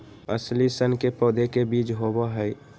अलसी सन के पौधे के बीज होबा हई